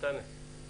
אנטאנס.